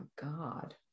God